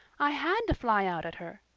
i had to fly out at her.